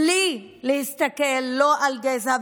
בלי להסתכל לא על גזע,